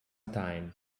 time